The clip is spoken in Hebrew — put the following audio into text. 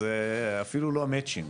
זה אפילו לא מצ'ינג,